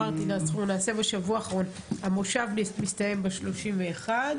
המושב מסתיים ב-28.